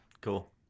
Cool